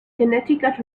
connecticut